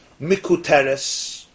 Mikuteres